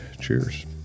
Cheers